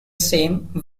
same